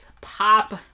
pop